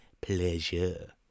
pleasure